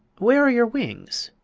where are your wings?